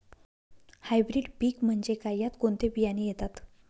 Hybrid पीक म्हणजे काय? यात कोणते बियाणे येतात?